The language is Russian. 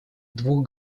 двух